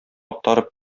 актарып